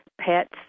pets